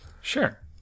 Sure